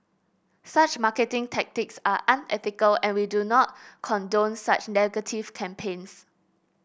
such marketing tactics are unethical and we do not condone such negative campaigns